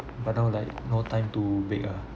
but now like no time to bake ah